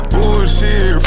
Bullshit